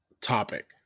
topic